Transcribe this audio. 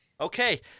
Okay